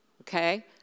Okay